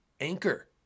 Anchor